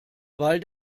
weil